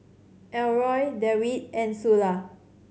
Elroy Dewitt and Sula